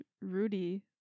rudy